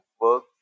work